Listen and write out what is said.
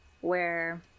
where-